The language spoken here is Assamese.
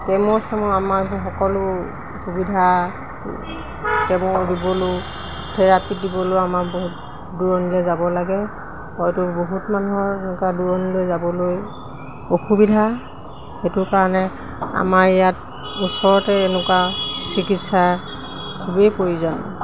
কেম' চেম' আমাৰ এইবোৰ সকলো সুবিধা কেম' দিবলৈও থেৰাপি দিবলৈও আমাৰ বহুত দূৰণলৈ যাব লাগে হয়তো বহুত মানুহৰ এনেকুৱা দূৰণিলৈ যাবলৈ অসুবিধা সেইটো কাৰণে আমাৰ ইয়াত ওচৰতে এনেকুৱা চিকিৎসা খুবেই প্ৰয়োজন